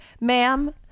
ma'am